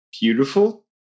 beautiful